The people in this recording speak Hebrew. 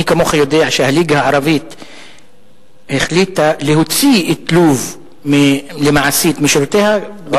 מי כמוך יודע שהליגה הערבית החליטה להוציא את לוב מעשית משורותיה,